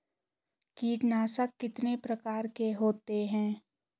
कीटनाशक कितने प्रकार के होते हैं?